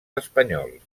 espanyols